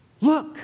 Look